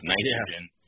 nitrogen